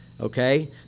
Okay